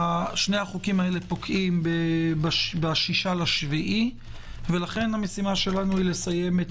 שניהם פוקעים ב-6.7 ולכן משימתנו היא לסיים את